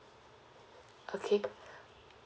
okay